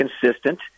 consistent